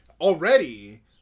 already